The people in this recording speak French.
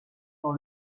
dans